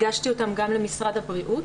הגשתי אותן גם למשרד הבריאות,